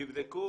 תבדקו.